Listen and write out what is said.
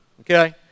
Okay